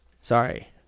Sorry